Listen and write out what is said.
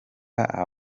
amata